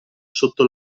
sotto